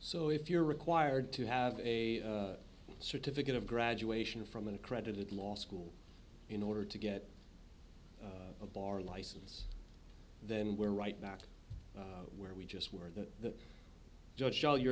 so if you're required to have a certificate of graduation from an accredited law school in order to get a bar license then we're right back where we just were that the judge show you're